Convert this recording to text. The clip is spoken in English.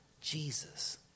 Jesus